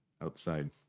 outside